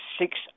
six